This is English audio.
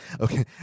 okay